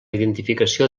identificació